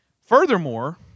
Furthermore